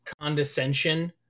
condescension